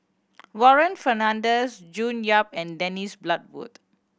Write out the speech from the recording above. Warren Fernandez June Yap and Dennis Bloodworth